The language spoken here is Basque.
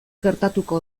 gertatuko